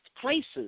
places